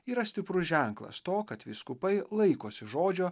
yra stiprus ženklas to kad vyskupai laikosi žodžio